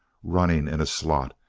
running in a slot,